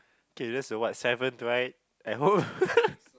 okay that's the what seventh right I hope